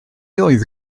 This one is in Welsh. oedd